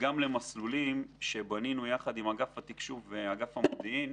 וגם למסלולים שבנינו יחד עם אגף התקשוב ואגף המודיעין,